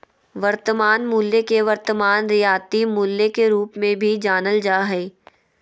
वर्तमान मूल्य के वर्तमान रियायती मूल्य के रूप मे भी जानल जा हय